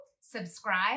subscribe